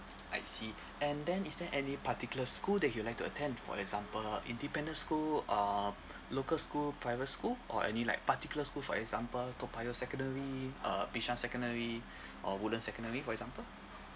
I see and then is there any particular school that you'd like to attend for example independent school uh local school private school or any like particular school for example toa payoh secondary uh bishan secondary or woodland secondary for example